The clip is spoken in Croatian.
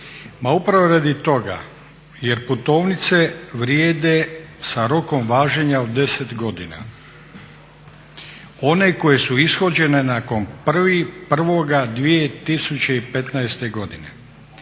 Ma upravo radi toga jer putovnice vrijede sa rokom važenja od 10 godina one koje su ishođene nakon 1.01.2015. godine.